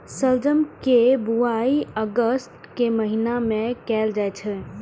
शलजम के बुआइ अगस्त के महीना मे कैल जाइ छै